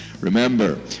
Remember